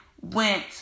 went